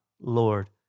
Lord